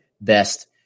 best